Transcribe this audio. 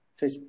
Facebook